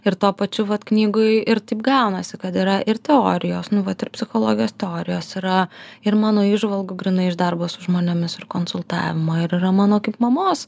ir tuo pačiu vat knygoj ir taip gaunasi kad yra ir teorijos nu vat ir psichologijos teorijos yra ir mano įžvalgų grynai iš darbo su žmonėmis ir konsultavimo ir yra mano kaip mamos